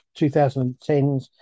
2010s